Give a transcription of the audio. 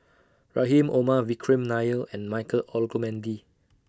Rahim Omar Vikram Nair and Michael Olcomendy